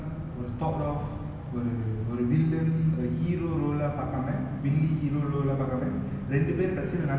so அதுல:athula maybe I'm not sure at அதுவந்து அது அவ அதோட அவளோ உடன்பாடு இல்ல எனக்கு:athuvanthu athu ava athoda avalo udanpaadu illa enaku but those a good movie lah not the test